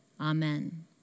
Amen